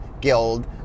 guild